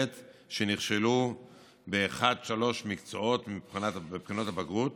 שנכשלו באחד עד שלושה מקצועות בבחינות הבגרות